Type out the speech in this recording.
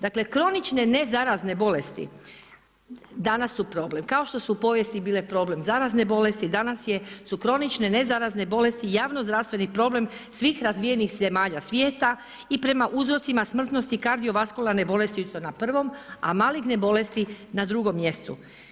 Dakle, kronične nezarazne bolesti danas su problem, kao što su u povijesti bile problem zarazne bolesti, danas su kronične nezarazne bolesti, javnozdravstveni problem svih razvijenih zemalja svijeta i prema uzrocima smrtnosti kardiovaskularne bolesti su na prvom, a maligne bolesti na drugom mjestu.